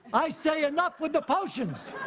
i say enough with the potions.